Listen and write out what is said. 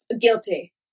guilty